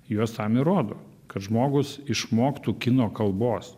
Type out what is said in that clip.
juos tam ir rodo kad žmogus išmoktų kino kalbos